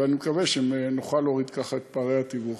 ואני מקווה שנוכל להוריד ככה את פערי התיווך.